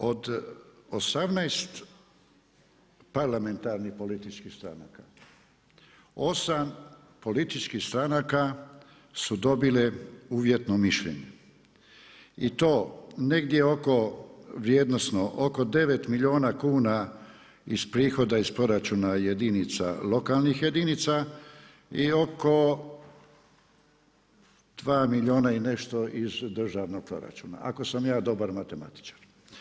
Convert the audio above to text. Od 18 parlamentarnih političkih stranaka, 8 političkih stranaka su dobile uvjetno mišljenje i to negdje oko, vrijednosno oko 9 milijuna kuna iz prihoda iz proračuna jedinica, lokalnih jedinica i oko 2 milijuna i nešto iz državnog proračuna ako sam ja dobar matematičar.